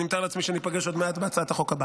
אני מתאר לעצמי שניפגש עוד מעט בהצעת החוק הבאה.